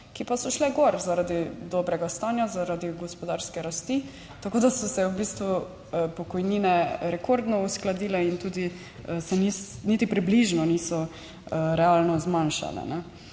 ki pa so šle gor zaradi dobrega stanja, zaradi gospodarske rastit tako da so se v bistvu pokojnine rekordno uskladile in tudi se niti približno niso realno zmanjšale.